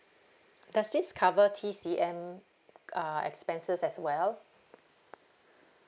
does this cover T_C_M uh expenses as well